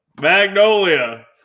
Magnolia